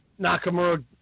Nakamura